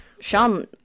Sean